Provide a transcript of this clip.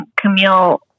Camille